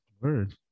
word